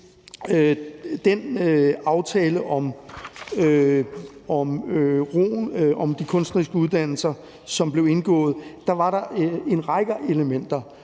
den aftale om roen om de kunstneriske uddannelser, som blev indgået, var der en række elementer